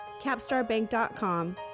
capstarbank.com